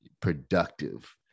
productive